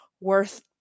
worth